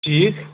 ٹھیٖک